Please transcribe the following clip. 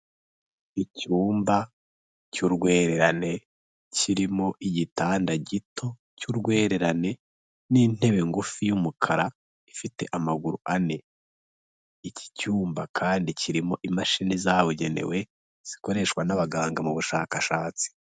Icyumba cy'urwererane kirimo igitanda gito cy'urwererane n'intebe ngufi y'umukara ifite amaguru ane, iki cyumba kandi kirimo imashini zabugenewe zikoreshwa n'abaganga mu bushakashatsi.